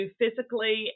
physically